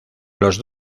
los